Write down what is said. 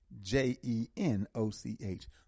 J-E-N-O-C-H